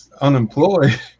unemployed